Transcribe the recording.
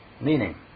Meaning